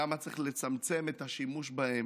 למה צריך לצמצם את השימוש בהם,